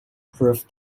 prove